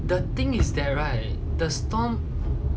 the thing is that right the Stomp